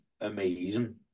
amazing